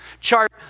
chart